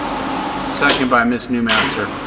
second. second by ms. newmaster.